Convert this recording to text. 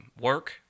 work